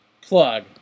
plug